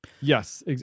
Yes